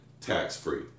tax-free